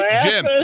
Jim